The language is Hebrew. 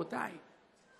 רבותיי.